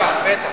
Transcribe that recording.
בטח, בטח.